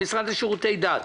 המשרד לשירותי דת,